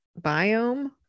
biome